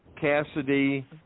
Cassidy